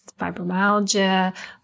fibromyalgia